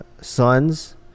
sons